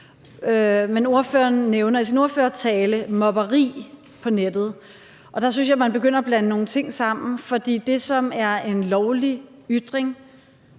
Men ordføreren nævner i sin ordførertale mobberi på nettet, og der synes jeg, man begynder at blande nogle ting sammen, for det, som er en lovlig ytring